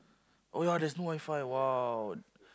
oh ya there's no WiFi !wow!